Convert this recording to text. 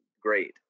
great